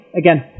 again